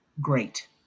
Great